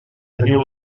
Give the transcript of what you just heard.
teniu